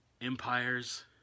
empires